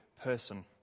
person